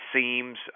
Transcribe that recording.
seems